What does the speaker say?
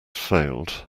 failed